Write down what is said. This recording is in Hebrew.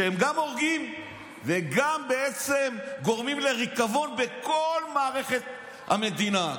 שגם הורגים וגם בעצם גורמים לריקבון בכל מערכת המדינה.